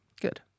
Good